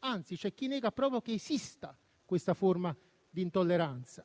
anzi, c'è chi nega proprio che esista questa forma di intolleranza.